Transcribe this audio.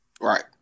Right